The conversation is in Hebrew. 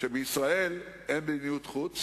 ממושכות כדי לכתוב את התקציב הכפול הזה?